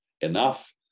enough